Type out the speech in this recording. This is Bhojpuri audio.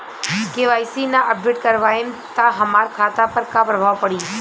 के.वाइ.सी ना अपडेट करवाएम त हमार खाता पर का प्रभाव पड़ी?